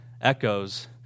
echoes